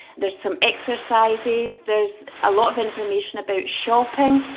there's some exercises, there's a lot of information about shopping.